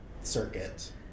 circuit